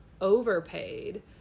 overpaid